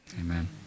Amen